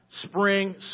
spring